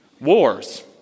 wars